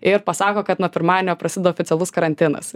ir pasako kad nuo pirmadienio prasideda oficialus karantinas